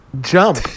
Jump